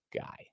guy